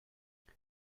what